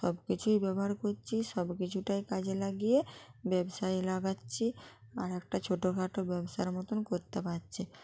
সব কিছুই ব্যবহার করছি সব কিছুটাই কাজে লাগিয়ে ব্যবসায় লাগা আর একটা ছোটো খাটো ব্যবসার মতোন করতে পারছি